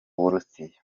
burusiya